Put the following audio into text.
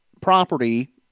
property